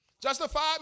Justified